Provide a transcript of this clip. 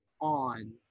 on